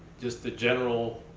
just the general.